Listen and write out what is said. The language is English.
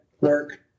work